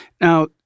Now